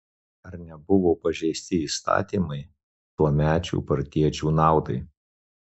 ar nebuvo pažeisti įstatymai tuomečių partiečių naudai